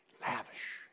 lavish